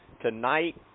Tonight